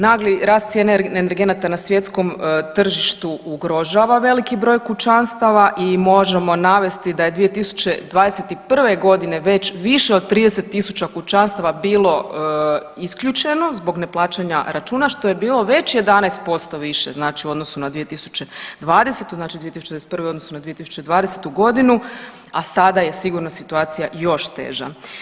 Nagli rast cijene energenata na svjetskom tržištu ugrožava veliki broj kućanstava i možemo navesti da je 2021.g. već više od 30.000 kućanstava bilo isključeno zbog neplaćana računa, što je bilo već 11% više znači u odnosu na 2020., znači 2021. u odnosu na 2020.g., a sada je sigurno situacija još teža.